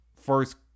first